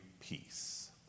peace